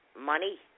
Money